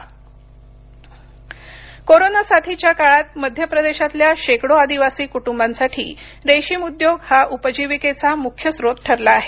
MP रेशीम कोरोना साथीच्या काळात मध्यप्रदेशातल्या शेकडो आदिवासी कुटुंबांसाठी रेशीम उद्योग हा उपजीविकेचा मुख्य स्रोत ठरला आहे